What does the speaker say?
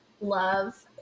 love